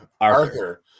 Arthur